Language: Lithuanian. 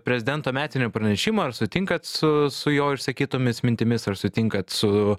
prezidento metinį pranešimą ar sutinkat su su jo išsakytomis mintimis ar sutinkat su